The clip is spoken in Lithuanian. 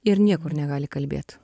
ir niekur negali kalbėt